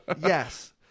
yes